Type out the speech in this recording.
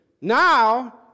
Now